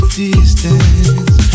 distance